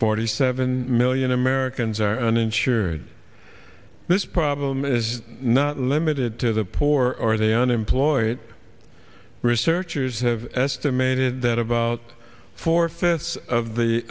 forty seven million americans are uninsured this problem is not limited to the poor or the unemployed researchers have estimated that about four fifths of the